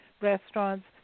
restaurants